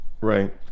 right